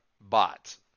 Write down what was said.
bots